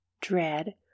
dread